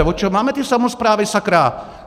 Od čeho máme samosprávy, sakra?